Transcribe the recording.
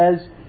says